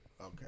Okay